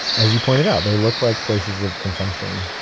as you pointed out, they look like places of consumption,